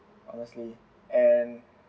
honestly and